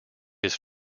his